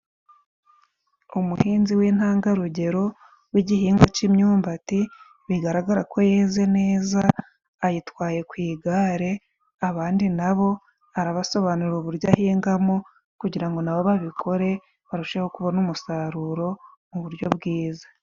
Umuhinzi w'intangarugero w'igihingwa cy'imyumbati, bigaragara ko yeze neza, ayitwaye ku igare, abandi nabo arabasobanurira uburyo ahingamo, kugira ngo na bo babikore, barusheho kubona umusaruro mu buryo bwiza.